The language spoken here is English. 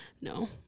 No